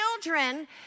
children